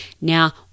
now